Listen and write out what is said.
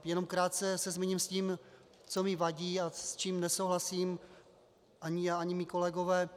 Jenom krátce se zmíním o tom, co mi vadí a s čím nesouhlasím, ani já ani mí kolegové.